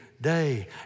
day